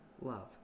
love